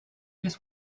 this